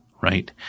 right